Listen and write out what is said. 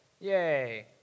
Yay